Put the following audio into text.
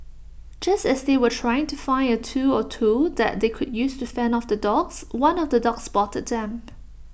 just as they were trying to find A tool or two that they could use to fend off the dogs one of the dogs spotted them